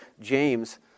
James